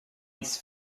its